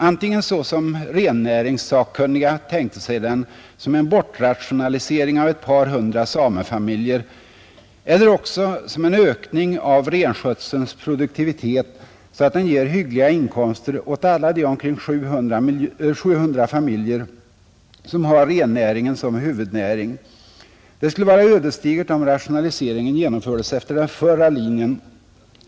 Antingen så som rennäringssakkunniga tänkte sig den — som en bortrationalisering av ett par hundra samefamiljer — eller också som en ökning av renskötselns produktivitet, så att den ger hyggliga inkomster åt alla de omkring 700 familjer som har rennäringen som huvudnäring, Det skulle vara ödesdigert om rationaliseringen genomfördes efter den förra linjen.